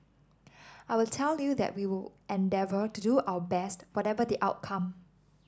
I will tell you that we will endeavour to do our best whatever the outcome